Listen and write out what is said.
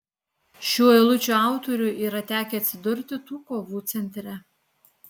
šių eilučių autoriui yra tekę atsidurti tų kovų centre